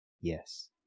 yes